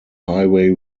highway